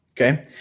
Okay